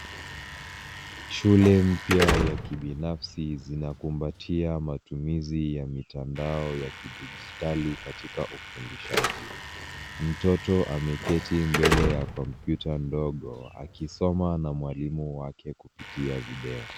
Shule mpya ya kibinafsi zinakumbatia matumizi ya mitandao ya kidijitali katika ufundishaji. mtoto ameketi mbele ya kompyuta ndogo akisoma na mwalimu wake kupitia video.